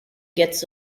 gets